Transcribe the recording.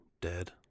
dead